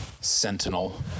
Sentinel